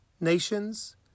Nations